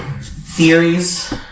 theories